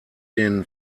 den